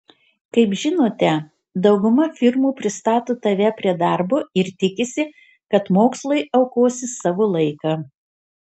kaip žinote dauguma firmų pristato tave prie darbo ir tikisi kad mokslui aukosi savo laiką